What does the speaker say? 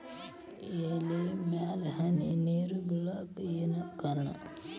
ಎಲೆ ಮ್ಯಾಲ್ ಹನಿ ನೇರ್ ಬಿಳಾಕ್ ಏನು ಕಾರಣ?